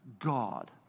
God